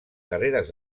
carreres